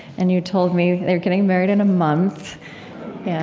and you told me you're getting married in a month